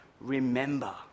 Remember